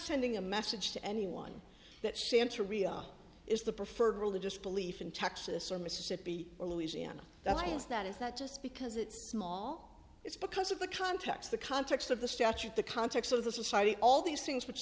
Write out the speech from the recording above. sending a message to anyone that santa riyadh is the preferred religious belief in texas or mississippi or louisiana that is that is that just because it's small it's because of the context the context of the statute the context of the society all these things which